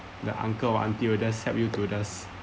the uncle or auntie will just help you to just